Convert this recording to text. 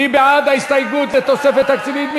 מי בעד ההסתייגויות בדבר תוספת תקציבית?